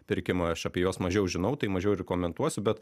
pirkimo aš apie juos mažiau žinau tai mažiau ir komentuosiu bet